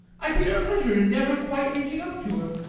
i take a pleasure in never quite reaching up to her.